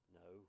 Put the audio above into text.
no